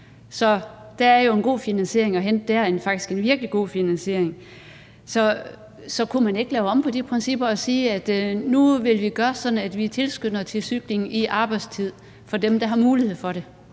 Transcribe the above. Så der er jo en god finansiering at hente dér, faktisk en virkelig god finansiering. Så kunne man ikke lave om på de principper og sige, at nu vil vi gøre sådan, at vi tilskynder til cykle i arbejdstiden for dem, der har mulighed for det?